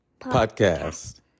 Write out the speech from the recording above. podcast